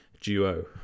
duo